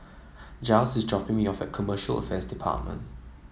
Jiles is dropping me off at Commercial Affairs Department